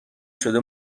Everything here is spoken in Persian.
شده